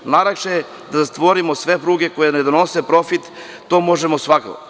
Najlakše je da zatvorimo sve pruge koje ne donose profit, to može svako.